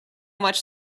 much